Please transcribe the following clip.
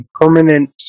permanent